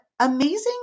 Amazing